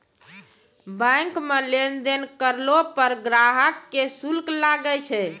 bank मे लेन देन करलो पर ग्राहक के शुल्क लागै छै